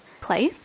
place